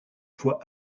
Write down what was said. fois